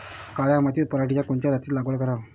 काळ्या मातीत पराटीच्या कोनच्या जातीची लागवड कराव?